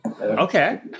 okay